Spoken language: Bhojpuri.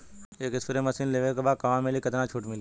एक स्प्रे मशीन लेवे के बा कहवा मिली केतना छूट मिली?